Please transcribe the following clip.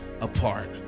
apart